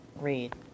read